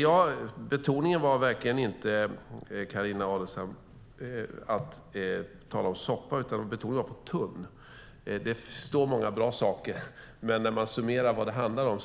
Jag betonade inte ordet soppa utan ordet tunn, Carina Adolfsson Elgestam. Det står många bra saker, men när man summerar vad det handlar om